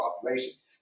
populations